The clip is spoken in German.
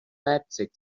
leipzig